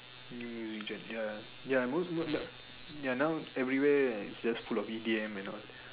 ya ya most most ya now everywhere it's just full of idiom and all